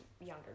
younger